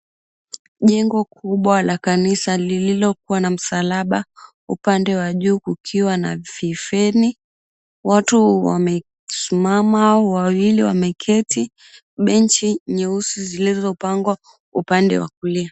Jengo kubwa la kanisa lililokuwa na msalaba upande wa juu kukiwa na vifeni. Watu wamesimama wawili wameketi. Benchi nyeusi zilizopangwa upande wa kulia.